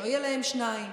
שלא יהיו להם שניים.